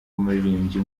w’umuririmbyi